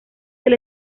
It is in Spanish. del